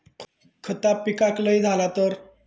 खता पिकाक लय झाला तर?